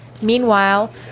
Meanwhile